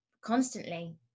constantly